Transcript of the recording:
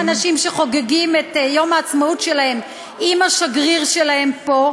מילא אותם אנשים שחוגגים את יום העצמאות שלהם עם השגריר שלהם פה,